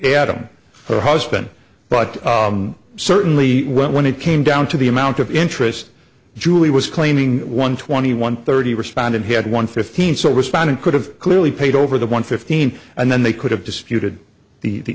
adam her husband but certainly when it came down to the amount of interest julie was claiming one twenty one thirty respondent he had one fifteen so respondent could have clearly paid over the one fifteen and then they could have disputed the